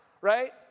right